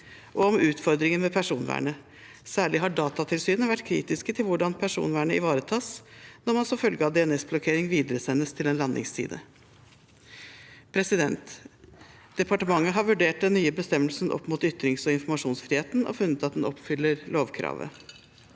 og om utfordringer med personvernet. Særlig har Datatilsynet vært kritiske til hvordan personvernet ivaretas når man som følge av DNS-blokkering videresendes til en landingsside. Departementet har vurdert den nye bestemmelsen opp mot ytrings- og informasjonsfriheten og funnet at den oppfyller lovkravet.